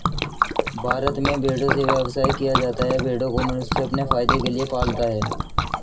भारत में भेड़ों से व्यवसाय किया जाता है भेड़ों को मनुष्य अपने फायदे के लिए पालता है